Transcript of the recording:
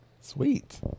Sweet